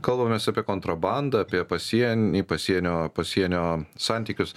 kalbamės apie kontrabandą apie pasienį pasienio pasienio santykius